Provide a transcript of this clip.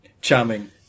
charming